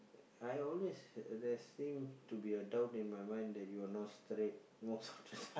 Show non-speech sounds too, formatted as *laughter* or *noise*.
I always there seem to be a doubt in my mind that you are not straight most of the time *breath*